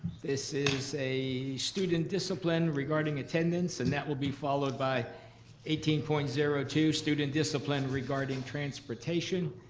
this is a student discipline regarding attendance, and that will be followed by eighteen point zero two, student discipline regarding transportation.